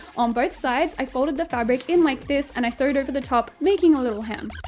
on both sides i folded the fabric in like this and i sewed over the top, making a little hem.